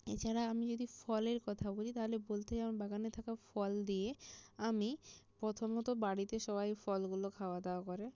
এছাড়া আমি যদি ফলের কথা বলি তাহলে বলতেই হয় আমার বাগানে থাকা ফল দিয়ে আমি প্রথমত বাড়িতে সবাই ফলগুলো খাওয়া দাওয়া করে